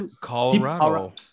Colorado